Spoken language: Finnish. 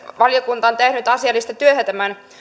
valiokunta on tehnyt asiallista työtä tämän